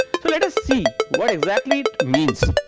so let us see what exactly means